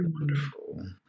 wonderful